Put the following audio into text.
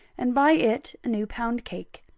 and by it a new pound cake.